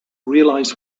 realize